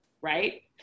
right